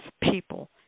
people